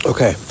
Okay